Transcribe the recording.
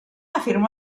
afirmó